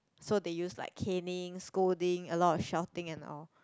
so they use like canning scolding a lot of shouting and all